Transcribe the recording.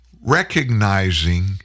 Recognizing